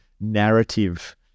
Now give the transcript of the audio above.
narrative